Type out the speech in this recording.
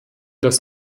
das